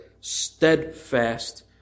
steadfast